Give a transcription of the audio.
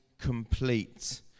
complete